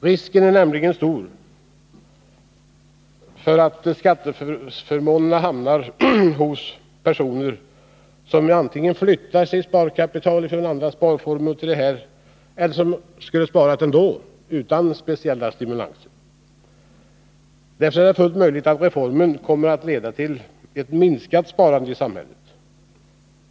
Risken är nämligen stor för att skatteförmånerna hamnar hos personer som antingen flyttar över sina sparmedel från andra sparformer till det nya systemet eller skulle ha sparat även utan speciella stimulanser. Därför är det fullt möjligt att reformen kan komma att leda till ett minskat sparande i samhället.